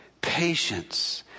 patience